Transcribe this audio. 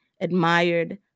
admired